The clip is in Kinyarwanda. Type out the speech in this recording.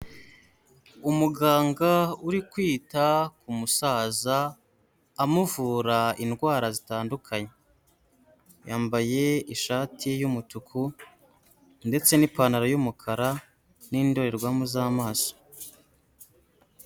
Umuganga uri kwita ku musaza, amuvura indwara zitandukanye. Yambaye ishati y'umutuku ndetse n'ipantaro y'umukara, n'indorerwamo z'amaso.